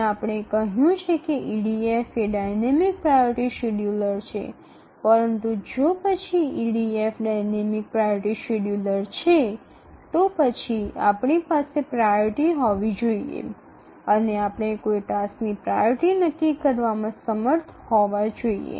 আমরা বলেছিলাম যে EDF একটি গতিশীল অগ্রাধিকারের শিডিয়ুলার তবে তারপরে যদি EDF একটি গতিশীল অগ্রাধিকারের শিডিয়ুলার হয় তবে আমাদের একটি অগ্রাধিকারের ধারণা থাকতে হবে এবং কোনও কাজের অগ্রাধিকার নির্ধারণ করতে আমাদের সক্ষম হওয়া উচিত